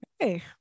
Okay